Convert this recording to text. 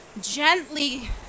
gently